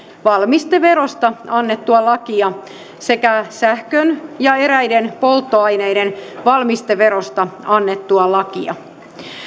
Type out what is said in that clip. valmisteverosta annettua lakia sekä sähkön ja eräiden polttoaineiden valmisteverosta annettua lakia